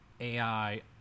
AI